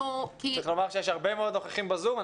צריך לומר שיש לנו הרבה מאוד נוכחים בזום.